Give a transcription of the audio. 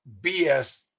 BS